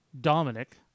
Dominic